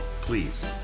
please